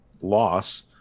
loss